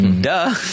duh